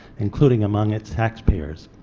including among its taxpayers.